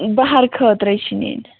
بہار خٲطرٕے چھِ نِنۍ